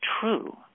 true